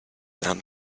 down